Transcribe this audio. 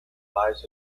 lies